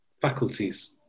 faculties